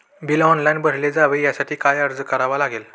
Bill online भरले जावे यासाठी काय अर्ज करावा लागेल?